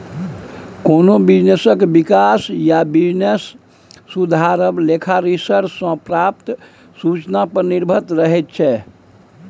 कोनो बिजनेसक बिकास या बिजनेस सुधरब लेखा रिसर्च सँ प्राप्त सुचना पर निर्भर रहैत छै